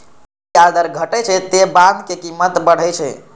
जब ब्याज दर घटै छै, ते बांडक कीमत बढ़ै छै